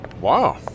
Wow